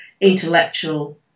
intellectual